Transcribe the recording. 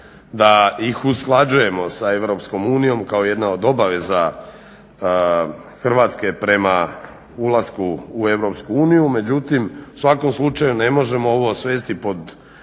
da ih usklađujemo sa EU kao jednu od obaveza Hrvatske prema ulasku u EU, međutim u svakom slučaju ne možemo ovo svesti pod